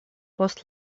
post